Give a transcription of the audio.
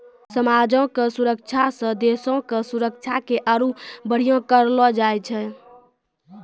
समाजो के सुरक्षा से देशो के सुरक्षा के आरु बढ़िया करलो जाय छै